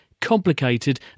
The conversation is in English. complicated